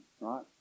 right